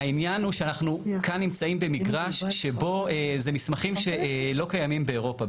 העניין הוא שאנחנו כאן נמצאים במגרש שבו זה מסמכים שלא קיימים באירופה.